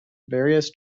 various